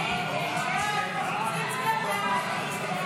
הסתייגות 55 לא נתקבלה.